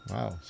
Wow